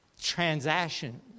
transaction